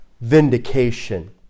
vindication